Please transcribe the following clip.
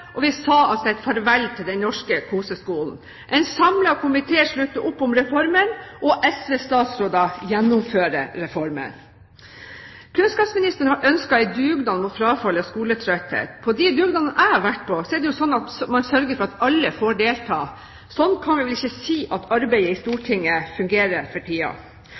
og vi sa altså et farvel til den norske koseskolen. En samlet komité slutter opp om reformen, og SV-statsråder gjennomfører den. Kunnskapsministeren har ønsket en dugnad mot frafall på grunn av skoletretthet. På de dugnadene jeg har vært, er det slik at man sørger for at alle får delta. Slik kan vi vel ikke si at arbeidet i Stortinget fungerer for